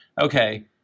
okay